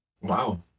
wow